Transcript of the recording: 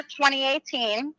2018